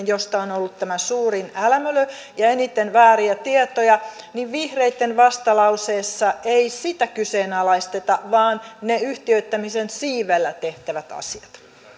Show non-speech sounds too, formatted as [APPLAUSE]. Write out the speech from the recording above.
[UNINTELLIGIBLE] josta on on ollut tämä suurin älämölö ja eniten vääriä tietoja että vihreitten vastalauseessa ei kyseenalaisteta sitä vaan ne yhtiöittämisen siivellä tehtävät asiat